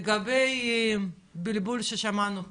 לגבי הבלבול ששמענו פה,